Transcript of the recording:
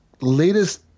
latest